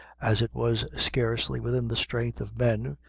as it was scarcely within the strength of men,